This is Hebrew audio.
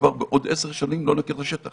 דבר לכך שבעוד עשר שנים לא נכיר את השטח.